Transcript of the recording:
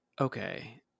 okay